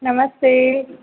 नमस्ते